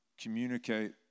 communicate